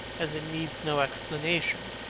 as it needs no explanation.